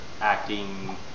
acting